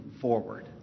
forward